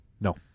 No